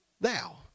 thou